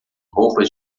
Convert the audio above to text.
roupas